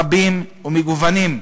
רבים ומגוונים.